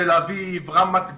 תל אביב, רמת גן,